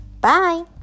Bye